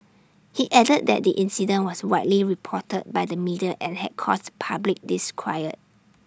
he added that the incident was widely reported by the media and had caused public disquiet